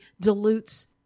dilutes